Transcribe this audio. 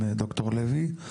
ד"ר לוי.